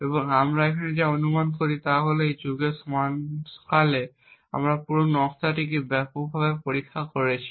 এবং আমরা এখানে যা অনুমান করি তা হল এই যুগের সময়কালে আমরা পুরো নকশাটি ব্যাপকভাবে পরীক্ষা করেছি